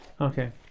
Okay